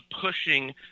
pushing